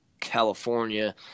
california